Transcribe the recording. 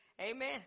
Amen